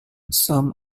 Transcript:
some